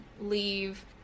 leave